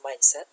mindset